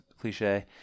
cliche